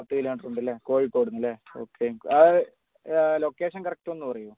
പത്ത് കിലോമീറ്ററുണ്ടല്ലേ കോഴിക്കോടുന്നല്ലേ ഓക്കെ ആ ലൊക്കേഷൻ കറക്റ്റ് ഒന്ന് പറയാമോ